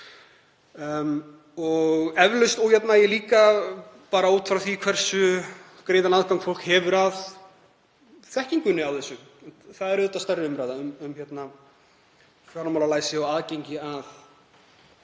og eflaust ójafnvægi líka bara út frá því hversu greiðan aðgang fólk hefur að þekkingunni á þessu. Það er stærri umræða um fjármálalæsi og aðgengi að